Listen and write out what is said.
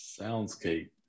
Soundscape